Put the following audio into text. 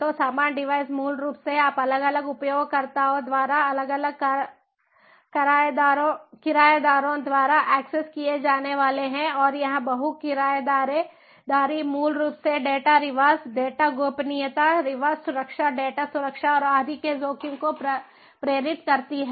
तो समान डिवाइस मूल रूप से आप अलग अलग उपयोगकर्ताओं द्वारा अलग अलग किरायेदारों द्वारा एक्सेस किए जाने वाले हैं और यह बहु किरायेदारी मूल रूप से डेटा रिसाव डेटा गोपनीयता रिसाव सुरक्षा डेटा सुरक्षा और आदि के जोखिम को प्रेरित करती है